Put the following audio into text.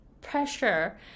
pressure